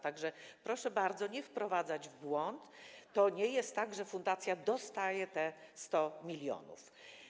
Tak że bardzo proszę nie wprowadzać w błąd, to nie jest tak, że fundacja dostaje te 100 mln.